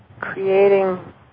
creating